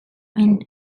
end